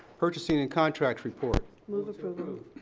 purchasing and contracts report. move approval.